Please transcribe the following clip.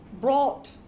brought